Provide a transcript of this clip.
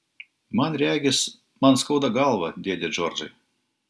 man regis man skauda galvą dėde džordžai